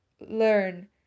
learn